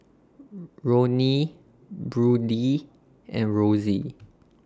Ronnie Brodie and Rosy